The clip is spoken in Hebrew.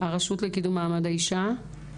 הרשות לקידום מעמד האישה.